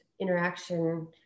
interaction